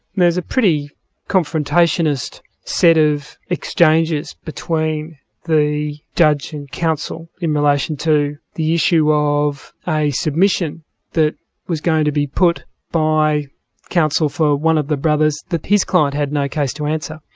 there was a pretty confrontationist set of exchanges between the judge and counsel in relation to the issue of a submission that was going to be put by counsel for one of the brothers that his client had no case to answer.